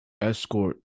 escort